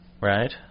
right